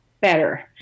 better